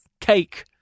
Cake